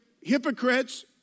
hypocrites